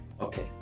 Okay